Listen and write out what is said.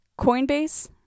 Coinbase